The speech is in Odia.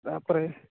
ତା'ପରେ